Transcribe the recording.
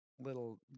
little